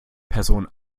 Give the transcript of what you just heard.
person